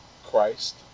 Christ